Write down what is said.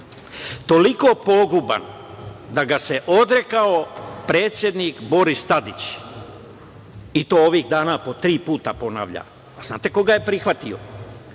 toliko poguban da ga se odrekao predsednik Boris Tadić, i to ovih dana po tri puta ponavlja. Znate ko ga je prihvatio?